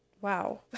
Wow